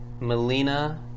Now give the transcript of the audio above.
Melina